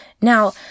Now